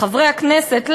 לחברי הכנסת,